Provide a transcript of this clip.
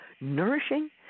nourishing